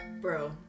bro